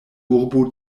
urbo